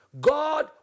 God